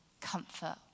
comfort